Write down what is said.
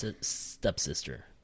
stepsister